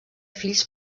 fills